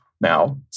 now